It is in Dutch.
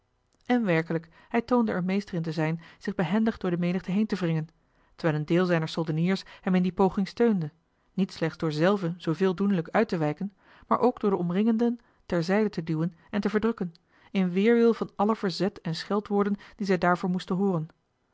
en werkelijk hij toonde er meester in te zijn zich behendig door de menigte heen te wringen terwijl een deel zijner soldeniers hem in die poging steunde niet slechts door zelven zooveel doenlijk uit te wijken maar ook door de omringenden ter zijde te duwen en te verdrukken in weêrwil van alle verzet en scheldwoorden die zij daarvoor moesten hooren